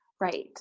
Right